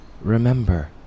Remember